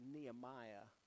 Nehemiah